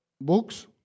books